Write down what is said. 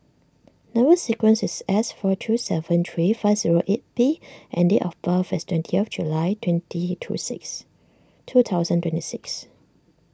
Number Sequence is S four two seven three five zero eight B and date of birth is twenty of July twenty two six two thousand twenty six